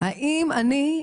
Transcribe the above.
האם אני,